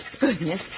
Goodness